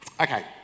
Okay